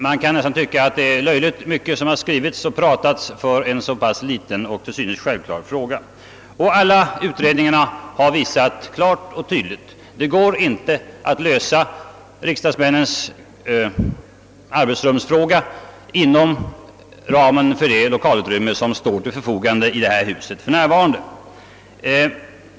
Det kan nästan förefalla löjligt att så mycket skrivits och talats om en så liten och till synes självklar sak. Alla utredningar har klart och tydligt visat, att det inte går att lösa riksdagsmännens arbetsrumsfråga inom ramen för det lokalutrymme som för närvarande står till förfogande i detta hus.